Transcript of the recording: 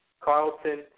Carlton